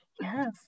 Yes